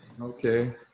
okay